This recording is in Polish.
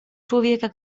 człowieka